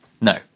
No